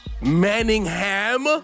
Manningham